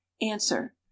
answer